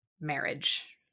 marriage